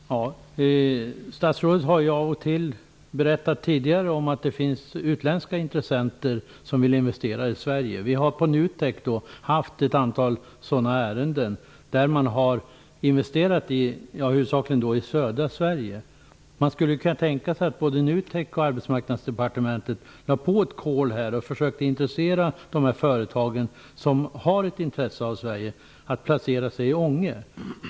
Herr talman! Statsrådet har av och till tidigare berättat att det finns utländska intressenter som vill investera i Sverige. Vi har på NUTEK haft ett antal sådana ärenden som har gällt investeringar huvudsakligen i södra Sverige. Man skulle kunna tänka sig att både NUTEK och Arbetsmarknadsdepartementet lade på ett kol och försökte intressera de företag som har ett intresse av Sverige för att placera sig i Ånge.